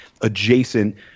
adjacent